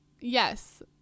Yes